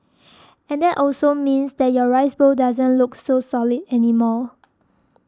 and that also means that your rice bowl doesn't look so solid anymore